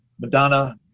Madonna